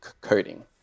coding